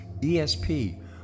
ESP